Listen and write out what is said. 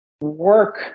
work